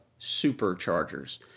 superchargers